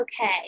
okay